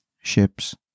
ships